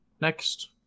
next